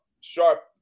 sharp